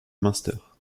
munster